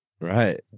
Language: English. Right